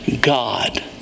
God